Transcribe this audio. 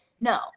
no